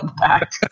back